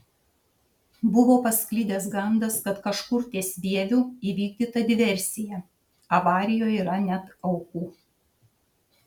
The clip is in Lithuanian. buvo pasklidęs gandas kad kažkur ties vieviu įvykdyta diversija avarijoje yra net aukų